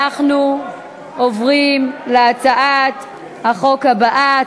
אנחנו עוברים להצעת החוק הבאה,